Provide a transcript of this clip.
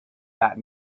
that